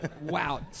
Wow